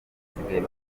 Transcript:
basigaye